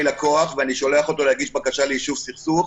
לקוח ואני שולח אותו להגיש בקשה ליישוב סכסוך,